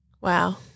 Wow